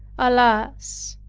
alas!